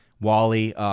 Wally